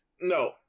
No